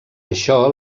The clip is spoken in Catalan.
això